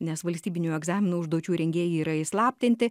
nes valstybinių egzaminų užduočių rengėjai yra įslaptinti